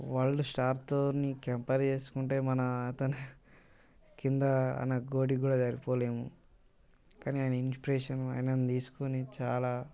world స్టార్తో compare చేసుకుంటే మన అతని కింద ఆయన గోటికికూడా సరిపోలేము కానీ ఆయన ఇన్స్పిరేషన్ ఆయనని తీసుకుని చాలా